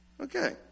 Okay